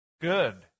Good